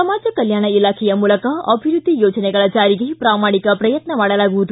ಸಮಾಜ ಕಲ್ಯಾಣ ಇಲಾಖೆಯ ಮೂಲಕ ಅಭಿವೃದ್ಧಿ ಯೋಜನೆಗಳ ಜಾರಿಗೆ ಪ್ರಾಮಾಣಿಕ ಪ್ರಯತ್ನ ಮಾಡಲಾಗುವುದು